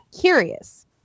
curious